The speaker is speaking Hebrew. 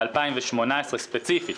2018 ספציפית,